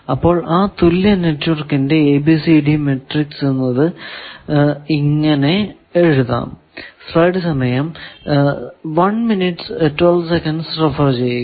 അപ്പോൾ ആ തുല്യ നെറ്റ്വർക്കിന്റെ ABCD മാട്രിക്സ് എന്നത് ഇങ്ങനെ എഴുതാം